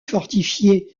fortifiée